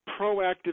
proactive